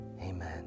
Amen